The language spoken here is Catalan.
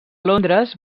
londres